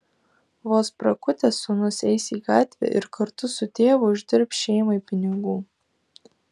vos prakutęs sūnus eis į gatvę ir kartu su tėvu uždirbs šeimai pinigų